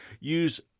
use